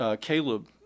Caleb